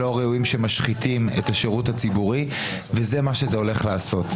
לא ראויים שמשחיתים את השירות הציבורי וזה מה שזה הולך לעשות.